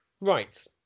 right